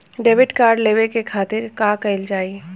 Debit card लेवे के खातिर का कइल जाइ?